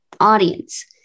audience